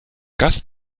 gast